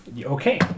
Okay